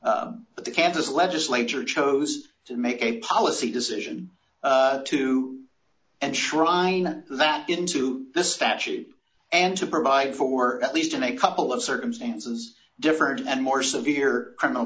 that the kansas legislature chose to make a policy decision to and shrine that into the statute and to provide for at least in a couple of circumstances different and more severe criminal